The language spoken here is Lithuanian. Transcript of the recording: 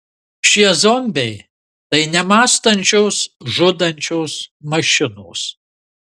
šie zombiai tai nemąstančios žudančios mašinos